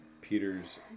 Peter's